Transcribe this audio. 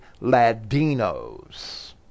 Ladinos